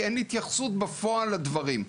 כי אין התייחסות בפועל לדברים,